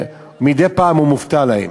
שמדי פעם הוא מופתע מהם.